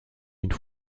une